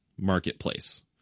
marketplace